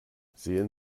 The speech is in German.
sehen